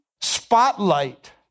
spotlight